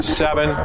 seven